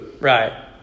Right